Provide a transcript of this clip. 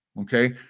Okay